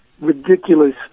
ridiculous